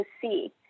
see